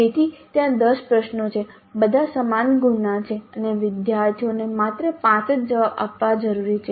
તેથી ત્યાં 10 પ્રશ્નો છે બધા સમાન ગુણના છે અને વિદ્યાર્થીઓને માત્ર 5 જ જવાબ આપવા જરૂરી છે